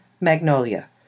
Magnolia